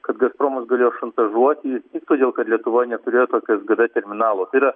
kad gazpromas galėjo šantažuoti todėl kad lietuva neturėjo tokio sgd terminalo tai yra